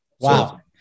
Wow